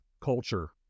culture